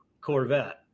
Corvette